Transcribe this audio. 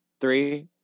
Three